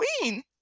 queen